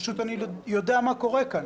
אני יודע פשוט מה קורה כאן,